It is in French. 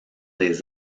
des